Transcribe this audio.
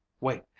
wait